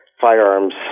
firearms